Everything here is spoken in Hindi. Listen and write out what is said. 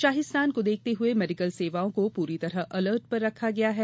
शाही स्नान को देखते हुए मेडिकल सेवाओं को पूरी तरह अलर्ट पर रखा गया है